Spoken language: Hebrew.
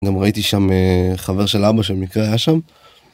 גם ראיתי שם חבר של אבא שבמקרה היה שם.